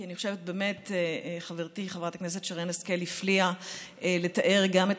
כי באמת חברתי חברת הכנסת שרן השכל הפליאה לתאר גם את